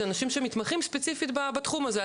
זה אנשים שמתמחים ספציפית בתחום הזה,